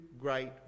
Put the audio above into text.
great